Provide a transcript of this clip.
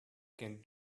can